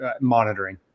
monitoring